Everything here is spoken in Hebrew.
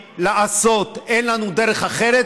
אין לנו דרך אחרת,